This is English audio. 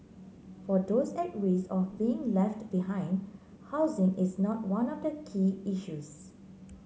for those at risk of being left behind housing is not one of the key issues